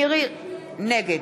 אינה נוכחת